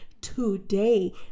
today